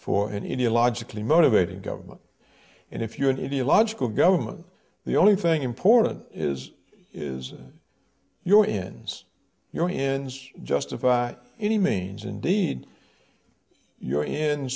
for an india logically motivated government and if you are an idiot logical government the only thing important is is your in your own ins justified any means indeed your in